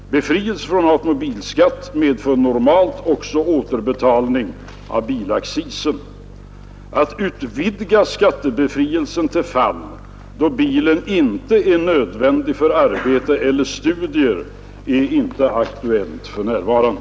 Befrielse från automobilskatt medför normalt också återbetalning av s.k. bilaccis. Att utvidga skattebefrielsen till fall då bilen inte är nödvändig för arbetet eller studier är ej aktuellt för närvarande.